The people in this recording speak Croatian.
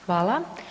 Hvala.